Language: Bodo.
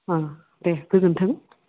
देह गोजोन्थों